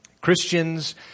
Christians